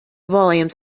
volumes